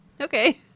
Okay